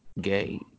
gay